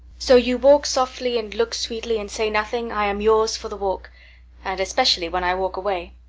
so you walk softly and look sweetly and say nothing, i am yours for the walk and especially when i walk away.